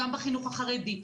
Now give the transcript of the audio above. גם בחינוך החרדי,